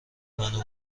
منو